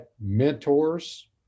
mentors